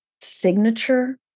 signature